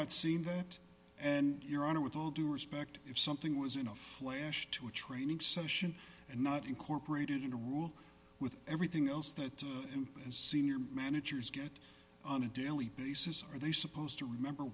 not seen that and your honor with all due respect if something was in a flash to a training session and not incorporated into rule with everything else that the senior managers get on a daily basis are they supposed to remember